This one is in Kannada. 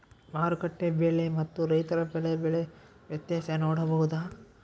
ಮಾರುಕಟ್ಟೆ ಬೆಲೆ ಮತ್ತು ರೈತರ ಬೆಳೆ ಬೆಲೆ ವ್ಯತ್ಯಾಸ ನೋಡಬಹುದಾ?